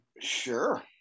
Sure